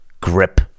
grip